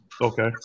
okay